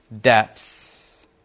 depths